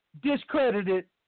discredited